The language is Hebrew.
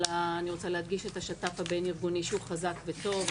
אני רוצה להדגיש את השת"פ הבין-ארגוני שהוא חזק וטוב.